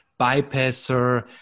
bypasser